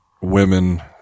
women